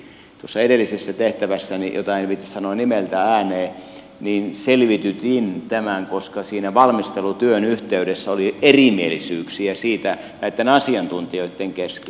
tuossa edellisessä tehtävässäni jota en viitsi sanoa nimeltä ääneen selvitytin tämän koska siinä valmistelutyön yhteydessä oli erimielisyyksiä siitä näitten asiantuntijoitten kesken